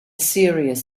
serious